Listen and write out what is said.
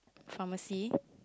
pharmacy